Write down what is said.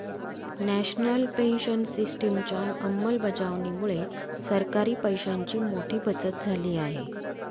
national pension सिस्टिमच्या अंमलबजावणीमुळे सरकारी पैशांची मोठी बचत झाली आहे